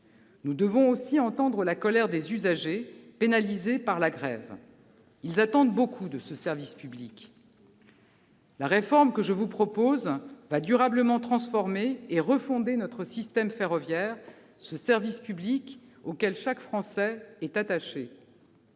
Nous devons aussi entendre la colère des usagers pénalisés par la grève. Oui ! Ils attendent beaucoup de ce service public. La réforme que je vous propose va durablement transformer et refonder notre système ferroviaire, ce service public auquel chaque Français est attaché.